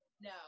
No